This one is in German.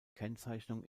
kennzeichnung